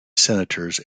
senators